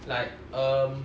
like um